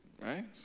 Right